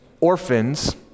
orphans